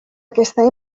aquesta